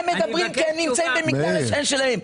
הם מדברים כי הם נמצאים במגדל השן שלהם.